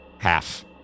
Half